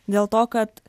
dėl to kad